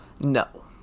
No